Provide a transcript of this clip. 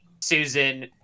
Susan